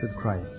Christ